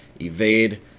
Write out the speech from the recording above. evade